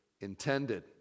intended